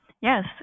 Yes